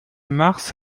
mars